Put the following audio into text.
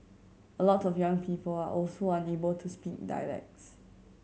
a lot of young people are also unable to speak dialects